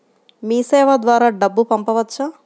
మీసేవ ద్వారా డబ్బు పంపవచ్చా?